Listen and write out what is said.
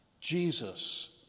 Jesus